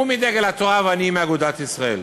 הוא מדגל התורה ואני מאגודת ישראל,